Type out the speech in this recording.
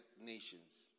nations